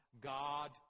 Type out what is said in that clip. God